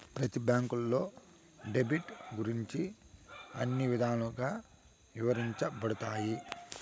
ప్రతి బ్యాంకులో డెబిట్ గురించి అన్ని విధాలుగా ఇవరించబడతాయి